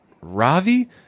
Ravi